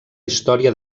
història